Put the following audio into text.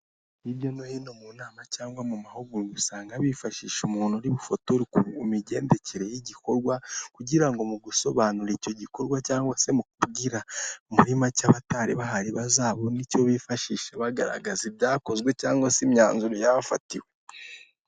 Hirya no hino mu nama cyangwa mu mahugurwa usanga bifashisha umuntu uri bufotore ku migendekere y'igikorwa kugira ngo mu gusobanura icyo gikorwa cyangwa se mu kugira muhimake abatari bahari bazabone nicyo bagaragaza ibyakozwe cyangwa se imyanzuro yabafatiwe.